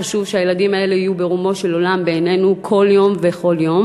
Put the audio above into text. חשוב שהילדים האלה יהיו ברומו של עולם בעינינו כל יום ויום.